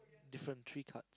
different three tarts